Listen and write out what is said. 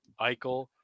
Eichel